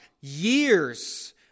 years